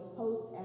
post